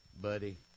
buddy